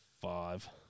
five